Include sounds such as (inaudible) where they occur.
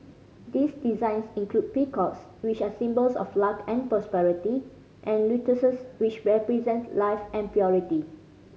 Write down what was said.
this designs include peacocks which are symbols of luck and prosperity and lotuses which represent life and (unintelligible)